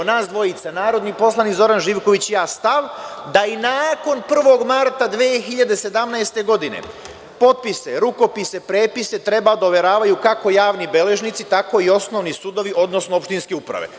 I nas dvojica, narodni poslanik Zoran Živković i ja, delimo stav da i nakon 1. marta 2017. godine potpise, rukopise i prepise treba da overavaju kako javni beležnici, tako i osnovni sudovi, odnosno opštinske uprave.